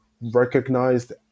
recognized